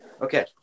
Okay